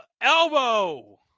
Elbow